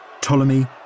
Ptolemy